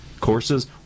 courses